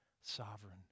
sovereign